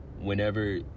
whenever